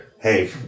hey